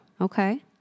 Okay